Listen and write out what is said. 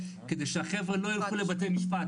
כדי שהחברה לא ילכו לבתי משפט,